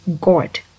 God